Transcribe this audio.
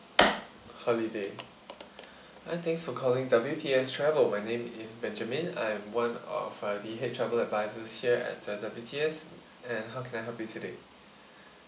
holiday hi thanks for calling W T S travel my name is benjamin I'm one of uh the head travel advisors here at W T S and how can I help you today